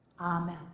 Amen